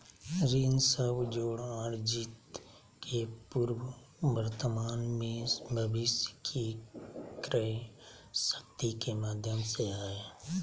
ऋण सब जोड़ अर्जित के पूर्व वर्तमान में भविष्य के क्रय शक्ति के माध्यम हइ